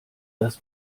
das